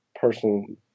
person